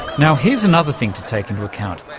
now, here's another thing to take into account.